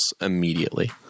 immediately